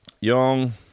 young